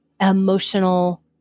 emotional